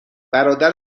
برادر